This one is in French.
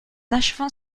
achevant